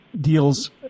Deals